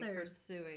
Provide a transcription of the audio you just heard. pursuing